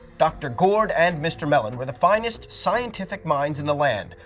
dr. gourd and mr. melon were the finest scientific minds in the land.